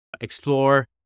Explore